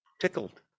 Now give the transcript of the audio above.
tickled